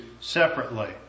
separately